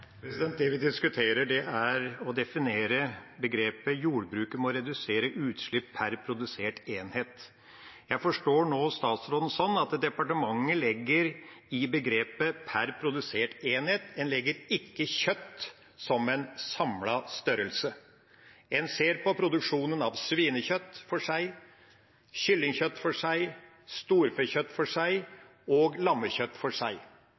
Det vi diskuterer, er å definere begrepet «jordbruket må redusere utslipp pr. produsert enhet». Jeg forstår nå statsråden sånn at departementet i begrepet «pr. produsert enhet» ikke legger kjøtt som en samlet størrelse. En ser på produksjonen av svinekjøtt for seg, kyllingkjøtt for seg, storfekjøtt for seg og lammekjøtt for seg.